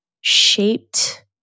shaped